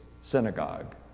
synagogue